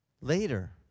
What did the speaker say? later